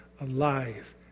alive